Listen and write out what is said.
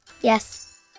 Yes